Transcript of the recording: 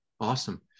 awesome